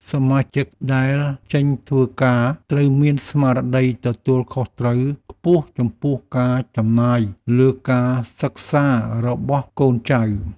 សមាជិកដែលចេញធ្វើការត្រូវមានស្មារតីទទួលខុសត្រូវខ្ពស់ចំពោះការចំណាយលើការសិក្សារបស់កូនចៅ។